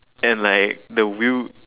and like the wheel